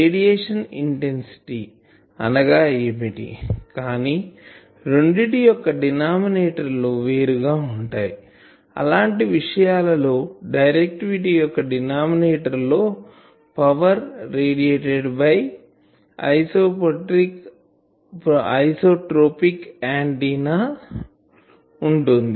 radiation intensity అనగా ఏమిటి కానీ రెండిటి యొక్క డినామినేటర్ లు వేరుగా ఉంటాయి అలాంటి విషయాల లో డైరెక్టివిటీ యొక్క డినామినేటర్ లో power radiated by isotropic antenna ఉంటుంది